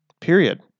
period